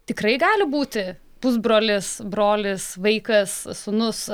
tikrai gali būti pusbrolis brolis vaikas sūnus